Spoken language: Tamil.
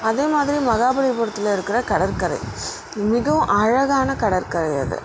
அதை மாதிரி மகாபலிபுரத்தில் இருக்கிற கடற்கரை மிகவும் அழகான கடற்கரை அது